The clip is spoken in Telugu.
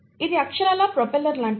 ఇది అక్షరాలా ప్రొపెల్లర్ లాంటిది